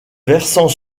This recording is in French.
versant